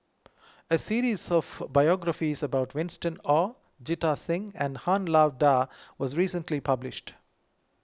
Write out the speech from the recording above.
a series of biographies about Winston Oh Jita Singh and Han Lao Da was recently published